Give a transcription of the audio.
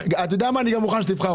מה שהתכוונו אליו זה להגיד שאם מישהו קיבל